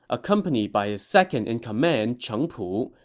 accompanied by his second-in-command, cheng pu,